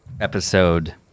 Episode